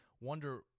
wonder